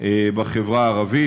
בחברה הערבית,